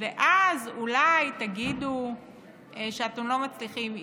ואז אולי תגידו שאתם לא מצליחים.